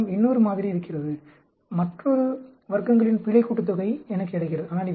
என்னிடம் இன்னொரு மாதிரி இருக்கிறது மற்றொரு வர்க்கங்களின் பிழை கூட்டுத்தொகை எனக்கு கிடைக்கிறது